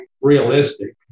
realistic